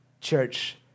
Church